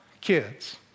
kids